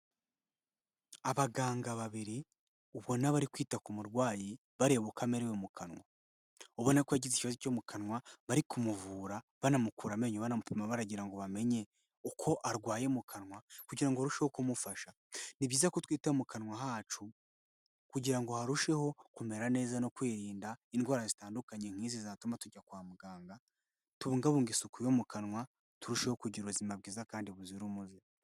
Abaganga babiri ubona bari kwita ku murwayi bareba uko amerewe mu kanwa. Ubona ko yagize ikibazo cyo mu kanwa, bari kumuvura banamukura amenyo, banamupima; baragira ngo bamenye uko arwaye mu kanwa, kugira ngo barusheho kumufasha. Ni byiza ko twita mu kanwa hacu, kugira ngo harusheho kumera neza, no kwirinda indwara zitandukanye nk'izi zatuma tujya kwa muganga. Tubungabunge isuku yo mu kanwa, turushaho kugira ubuzima bwiza kandi buzira umuze.